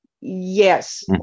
Yes